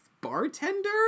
bartender